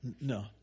No